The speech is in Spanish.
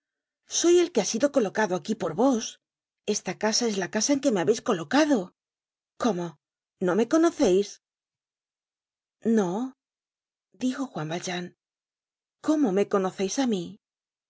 soy el que ha sido colocado aquí por vos esta casa es la casa en que me habeis colocado cómo no me conoceis no dijo juan valjean cómo me conoceis á mí